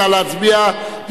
נא להצביע.